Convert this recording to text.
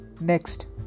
next